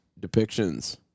depictions